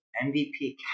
MVP